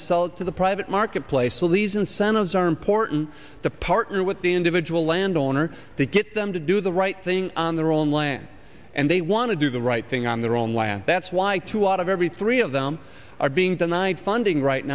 insult to the private marketplace so these incentives are important to partner with the individual landowner to get them to do the right thing on their own land and they want to do the right thing on their own land that's why two out of every three of them are being denied funding right